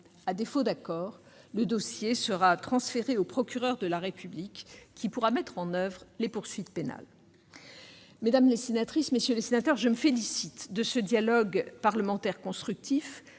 À défaut d'accord de sa part, le dossier sera transféré au procureur de la République, qui pourra mettre en oeuvre les poursuites pénales. Mesdames les sénatrices, messieurs les sénateurs, je me félicite de ce dialogue parlementaire constructif.